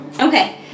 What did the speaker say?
Okay